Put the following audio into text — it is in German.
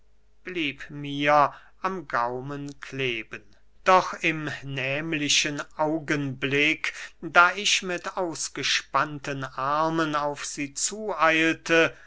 blieb mir am gaumen kleben doch im nehmlichen augenblick da ich mit ausgespannten armen auf sie zueilte